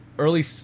early